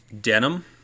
denim